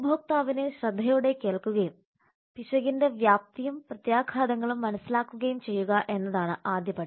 ഉപഭോക്താവിനെ ശ്രദ്ധയോടെ കേൾക്കുകയും പിശകിന്റെ വ്യാപ്തിയും പ്രത്യാഘാതങ്ങളും മനസ്സിലാക്കുകയും ചെയ്യുക എന്നതാണ് ആദ്യ പടി